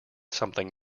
something